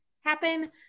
happen